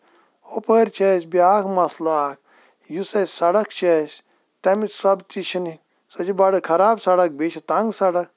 ہُپٲر چھِ اَسہِ بیاکھ مَسلہٕ اکھ یُس اَسہِ سَڑک چھِ اَسہِ تَمہِ سبہٕ تہِ چھِ نہٕ یہِ سۄ چھِ بڑٕ خراب سَڑک بیٚیہِ چھِ تنگ سَڑک